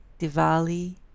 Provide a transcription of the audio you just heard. Diwali